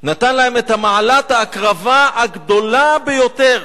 נתן להם את מעלת ההקרבה הגדולה ביותר.